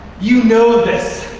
you know this.